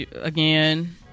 again